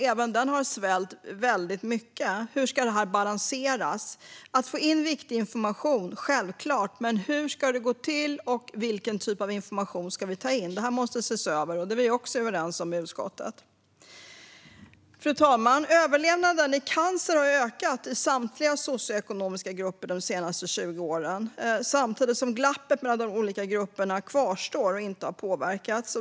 Även den har svällt väldigt mycket. Hur ska det balanseras? Det är självklart att vi ska få in viktig information. Men hur ska det gå till, och vilken typ av information ska vi ta in? Det måste ses över. Det är vi också överens om i utskottet. Fru talman! Överlevnaden i cancer har ökat i samtliga socioekonomiska grupper de senaste 20 åren. Samtidigt kvarstår glappet mellan de olika grupperna, och det har inte påverkats.